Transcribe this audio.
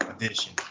addition